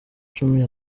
cumi